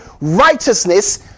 righteousness